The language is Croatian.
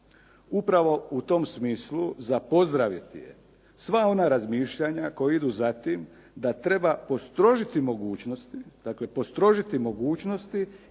Upravo u tom smislu za pozdraviti je sva ona razmišljanja koja idu za tim da treba postrožiti mogućnosti. Dakle postrožiti mogućnosti